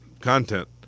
content